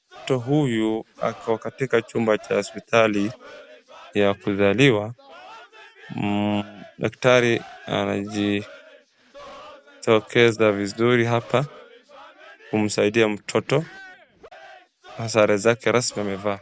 Mtu huyu ako katika chumba cha hospitali ya kuzaliwa, daktari anajitokeza vizuri hapa kumsaidia mtoto na sare zake rasmi amevaa.